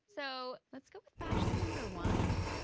so let's go with bachelor number one.